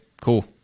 cool